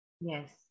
Yes